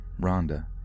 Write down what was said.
Rhonda